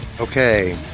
Okay